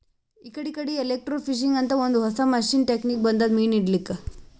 ಇಕಡಿ ಇಕಡಿ ಎಲೆಕ್ರ್ಟೋಫಿಶಿಂಗ್ ಅಂತ್ ಒಂದ್ ಹೊಸಾ ಟೆಕ್ನಿಕ್ ಬಂದದ್ ಮೀನ್ ಹಿಡ್ಲಿಕ್ಕ್